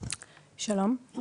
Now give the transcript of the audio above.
שלום,